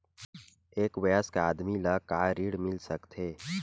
एक वयस्क आदमी ल का ऋण मिल सकथे?